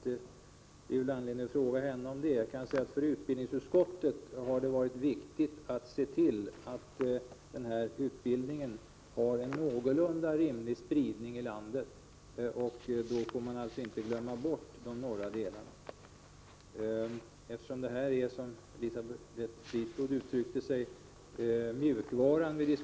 Det är väl anledning att fråga henne om det. För utbildningsutskottet har det varit viktigt att se till att den här utbildningen har en någorlunda rimlig spridning i landet. Då får man inte glömma bort de norra delarna. Det som vi nu diskuterar är mjukvaran, som Elisabeth Fleetwood uttryckte det.